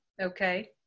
Okay